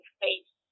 face